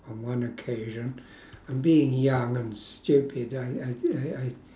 on one occasion and being young and stupid I I I I